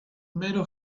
mero